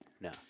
No